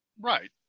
Right